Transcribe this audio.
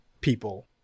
people